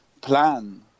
plan